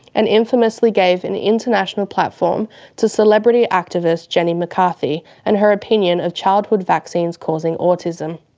and infamously gave an international platform to celebrity activist jenny mccarthy and her opinion of childhood vaccines causing autism.